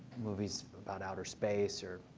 movies about outer space or,